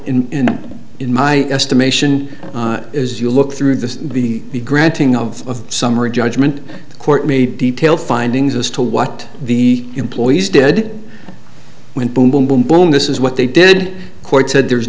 in in my estimation as you look through the the the granting of summary judgment the court made detail findings as to what the employees did went boom boom boom boom this is what they did court said there